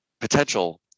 potential